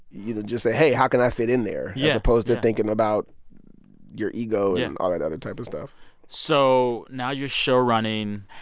you know, just say, hey, how can i fit in there as yeah opposed to thinking about your ego and all that other type of stuff so now you're showrunning.